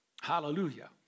Hallelujah